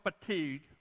fatigue